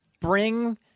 bring